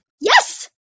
Yes